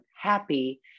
happy